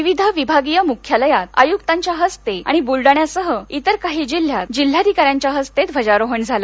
विविध विभागीय मुख्यालयात आयुक्तांच्या हस्ते आणि बुलडाण्यासह इतर काही जिल्ह्यांत जिल्हाधिकाऱ्यांच्या हस्ते ध्वजारोहण झालं